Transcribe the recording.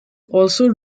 also